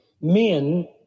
men